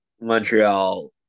Montreal